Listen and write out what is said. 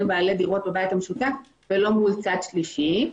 בעלי דירות בבית המשותף ולא מול צד שלישי.